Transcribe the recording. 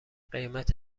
قیمت